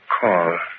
call